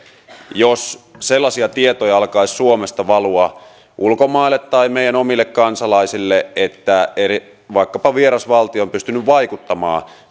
jos sellaisia tietoja alkaisi suomesta valua ulkomaille tai meidän omille kansalaisille että vaikkapa vieras valtio on pystynyt vaikuttamaan